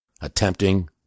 attempting